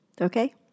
Okay